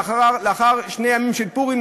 לאחר שני ימים של פורים,